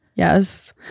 Yes